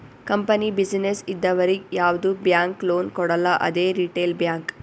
company, business ಇದ್ದವರಿಗ್ ಯಾವ್ದು bank loan ಕೊಡಲ್ಲ ಅದೇ ರಿಟೇಲ್ ಬ್ಯಾಂಕ್